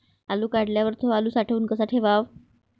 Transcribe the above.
आलू काढल्यावर थो आलू साठवून कसा ठेवाव?